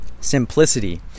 Simplicity